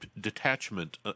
detachment